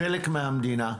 חלק מהמדינה,